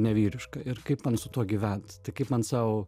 nevyriška ir kaip man su tuo gyvent tai kaip man sau